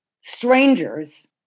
strangers